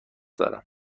دارم